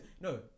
No